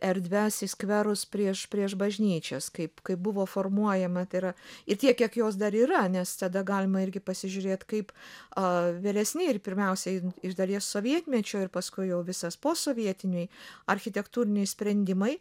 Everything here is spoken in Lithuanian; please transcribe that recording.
erdves į skverus prieš prieš bažnyčias kaip kaip buvo formuojama tai yra ir tiek kiek jos dar yra nes tada galima irgi pasižiūrėt kaip a vyresni ir pirmiausiai iš dalies sovietmečio ir paskui jau visas posovietiniai architektūriniai sprendimai